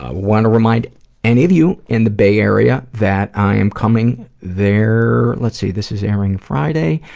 ah want to remind any of you in the bay area that i am coming there let's see, this is airing friday,